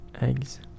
Eggs